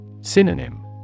Synonym